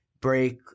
break